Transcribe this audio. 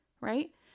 Right